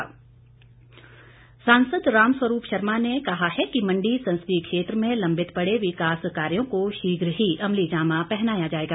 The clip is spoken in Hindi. रामस्वरूप सांसद रामस्वरूप शर्मा ने कहा है कि मंडी संसदीय क्षेत्र में लंबित पड़े विकास कार्यों को शीघ्र ही अमलीजामा पहनाया जाएगा